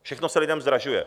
Všechno se lidem zdražuje.